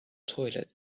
toilet